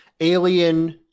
alien